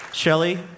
Shelly